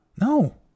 No